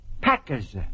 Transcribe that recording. Packers